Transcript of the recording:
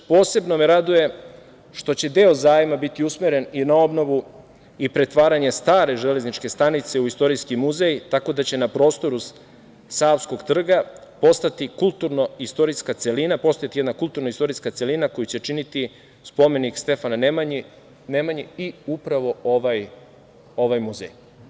Posebno me raduje što će deo zajma biti usmeren i na obnovu i na pretvaranje stare Železničke stanice u istorijski muzej, tako da će na prostoru Savskog trga postati jedna kulturno-istorijska celina koju će činiti spomenik Stefanu Nemanji i upravo ovaj muzej.